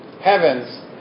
heavens